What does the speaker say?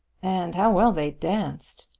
and how well they danced!